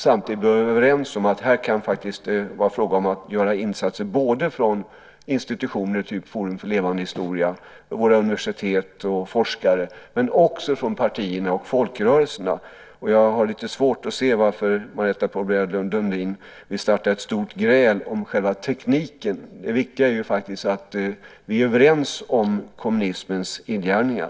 Samtidigt bör vi vara överens om att det här faktiskt kan vara fråga om att göra insatser både av institutioner, typ Forum för levande historia, och av våra universitet och forskare men också av partierna och folkrörelserna. Jag har lite svårt att se varför Marietta de Pourbaix-Lundin vill starta ett stort gräl om själva tekniken. Det viktiga är faktiskt att vi är överens om kommunismens illgärningar.